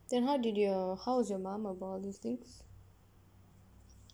then how did you all how was your mum about all these things